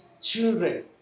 children